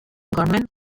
gourmet